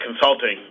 consulting